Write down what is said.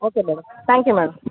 okay madam thank you madam